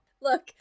Look